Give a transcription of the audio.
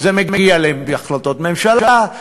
זה מגיע להחלטות ממשלה,